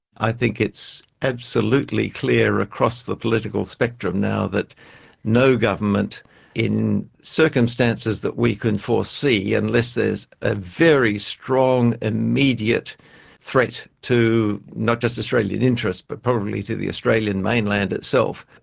i think it's absolutely clear across the political spectrum now that no government in circumstances that we can foresee, unless there is a very strong immediate threat to not just australian interests but probably to the australian mainland itself.